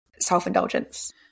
self-indulgence